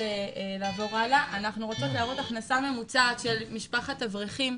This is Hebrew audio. אנחנו רוצות להראות הכנסה ממוצעת של משפחת אברכים.